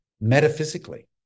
metaphysically